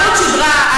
חוט שדרה, את רואה?